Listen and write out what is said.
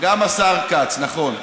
גם השר כץ, נכון.